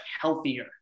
healthier